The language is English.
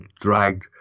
dragged